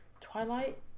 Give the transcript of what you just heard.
Twilight